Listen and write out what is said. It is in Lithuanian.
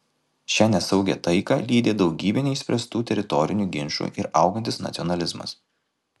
šią nesaugią taiką lydi daugybė neišspręstų teritorinių ginčų ir augantis nacionalizmas